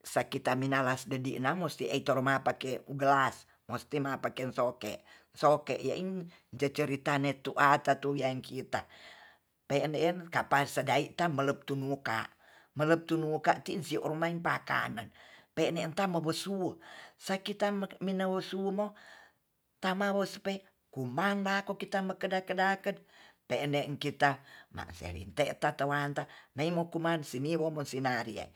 sakita minalas dedina musti etoro mapake gelas musti mapaken soke, soke ye'in ceceritane tu atatu wi'en kita pe'en de'en kapa sedai tya meleptu woka. meleptun woka ti'in si romain pakanen pe'ne ta mobo suu' sakita minewesu mo tamawos pe kuma dako kita mekedat-kedatken pe'en de kite mase rinte tatawa neimo kuman sini wom en sinari ei